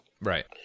Right